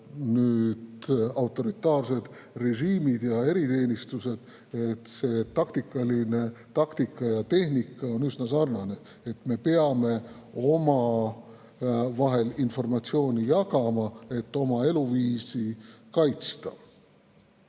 mida autoritaarsed režiimid ja eriteenistused kasutavad – see taktika ja tehnika on üsna sarnane. Me peame omavahel informatsiooni jagama, et oma eluviisi kaitsta.